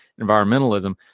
environmentalism